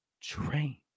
train